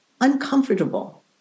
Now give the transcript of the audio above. uncomfortable